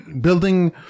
building